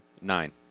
Nine